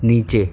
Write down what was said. નીચે